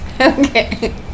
Okay